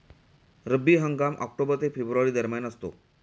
रब्बी हंगाम ऑक्टोबर ते फेब्रुवारी दरम्यान असतो